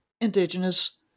indigenous